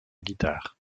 guitare